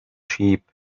sheep